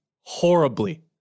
horribly